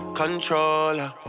controller